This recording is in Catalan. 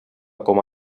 com